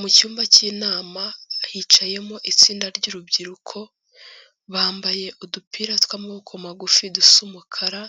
Mu cyumba cy'inama hicayemo itsinda ry'urubyiruko bambaye udupira tw'amaboko magufi dusa umukara